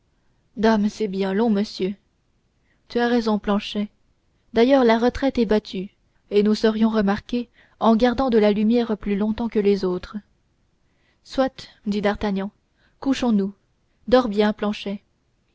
dame c'est bien long monsieur tu as raison planchet dit athos d'ailleurs la retraite est battue et nous serions remarqués en gardant de la lumière plus longtemps que les autres soit dit d'artagnan couchons nous dors bien planchet